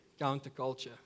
counterculture